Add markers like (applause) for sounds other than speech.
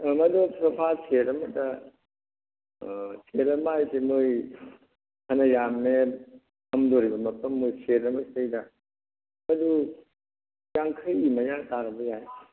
ꯑꯥ ꯃꯗꯣ sofa set ꯑꯃꯗ (unintelligible) ꯃꯈꯣꯏ ꯐꯅ ꯌꯥꯝꯃꯦ ꯐꯝꯗꯧꯔꯤꯕ ꯃꯐꯝ ꯃꯈꯣꯏ ꯁꯦꯠ ꯑꯃ ꯁꯤꯗꯩꯗ ꯑꯗꯨ ꯌꯥꯡꯈꯩ ꯃꯌꯥ ꯇꯥꯔꯕ ꯌꯥꯏ